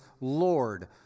Lord